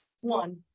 One